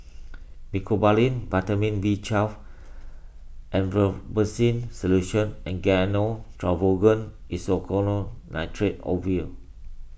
Mecobalamin Vitamin B twelve Erythroymycin Solution and Gyno Travogen Isoconazole Nitrate Ovule